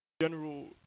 general